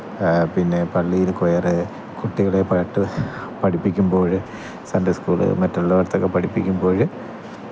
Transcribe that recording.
പിന്നെ പള്ളിയിൽ കൊയറ് കുട്ടികളെ പാട്ടു പഠിപ്പിക്കുമ്പോൾ സണ്ഡേ സ്കൂള് മറ്റുള്ളയിടത്തൊക്കെ പഠിപ്പിക്കുമ്പോൾ